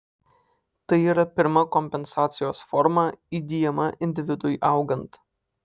tai yra pirma kompensacijos forma įgyjama individui augant